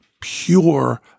pure